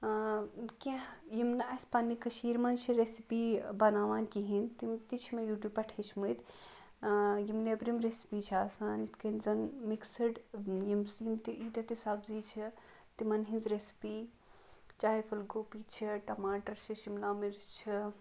کیٚنٛہہ یِم نہٕ أسۍ پَنٕنہِ کٔشیٖرٕ مَنٛز چھِ ریٚسپی بَناوان کِہیٖنٛۍ تِم تہِ چھِ مےٚ یوٗ ٹیٛوٗب پیٚٹھ ہیٚچھمٕتۍ یِم نیٚبرِم ریٚسپی چھِ آسان یِتھٕ کٔنۍ زَن مِکسِڈ یِم سِنۍ ییٖتیٛاہ تہِ سَبزی چھِ تِمَن ہٕنٛز ریٚسپی چاہے پھوٗل گوٗبی چھِ ٹَماٹر چھِ شِملا مِرٕچ چھِ